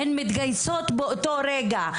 הן מתגייסות באותו רגע.